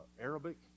Arabic